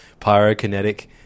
pyrokinetic